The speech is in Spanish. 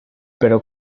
pero